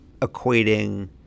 equating